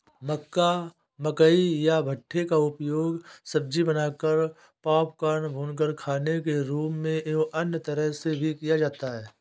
मक्का, मकई या भुट्टे का उपयोग सब्जी बनाकर, पॉपकॉर्न, भूनकर खाने के रूप में एवं अन्य तरह से भी किया जाता है